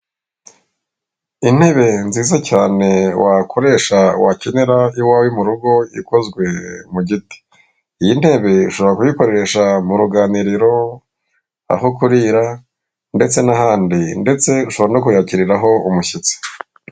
Intebe nziza cyane wakoresha wakenera iwawe mu rugo ikozwe mu giti. Iyi ntebe ushobora kuyikoresha mu ruganiriro aho kurira ndetse n'ahandi ndetse ushobora no kuyakiriraho umushyitsi.